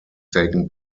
taken